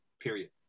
period